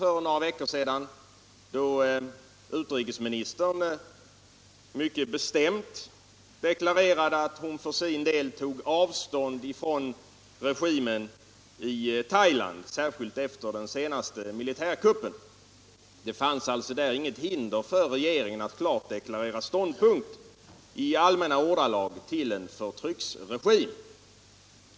Då deklarerade utrikesministern mycket bestämt att hon för sin del tog avstånd från regimen i Thailand, särskilt efter den senaste militärkuppen. Det fanns alltså där inget hinder för regeringen att klart deklarera ståndpunkt, i allmänna ordalag, beträffande en förtryckarregim.